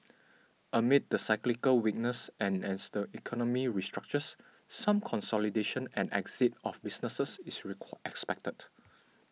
amid the cyclical weakness and as the economy restructures some consolidation and exit of businesses is expected